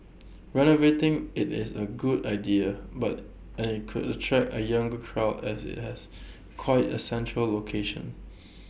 renovating IT is A good idea but and IT could attract A younger crowd as IT has quite A central location